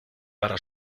para